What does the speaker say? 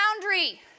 boundary